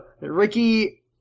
Ricky